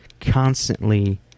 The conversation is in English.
Constantly